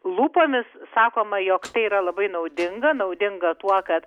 lūpomis sakoma jog tai yra labai naudinga naudinga tuo kad